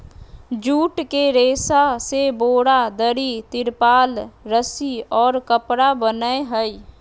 jute के रेशा से बोरा, दरी, तिरपाल, रस्सि और कपड़ा बनय हइ